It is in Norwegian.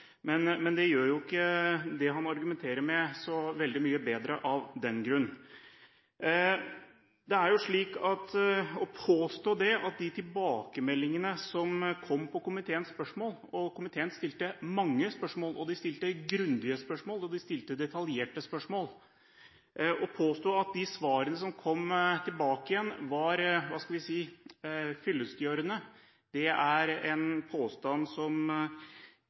Men det gjør ikke det han argumenterer med, så veldig mye bedre av den grunn. Å påstå at de tilbakemeldingene og svarene som kom på komiteens spørsmål – og komiteen stilte mange, grundige og detaljerte spørsmål – var fyllestgjørende, er en påstand som